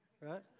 Right